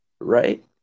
right